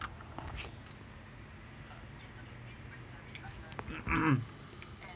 mm